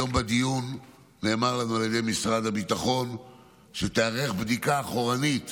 היום בדיון נאמר לנו על ידי משרד הביטחון שתיערך בדיקה אחורה על